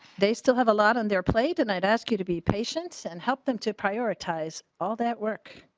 they still have a lot on their plate tonight ask you to be patients and help them to prioritize all that work.